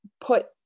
put